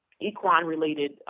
equine-related